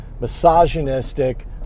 misogynistic